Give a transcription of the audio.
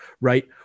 right